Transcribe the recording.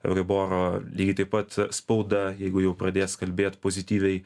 euriboro lygiai taip pat spauda jeigu jau pradės kalbėt pozityviai